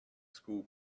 school